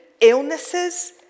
illnesses